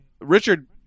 Richard